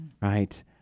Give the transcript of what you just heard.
right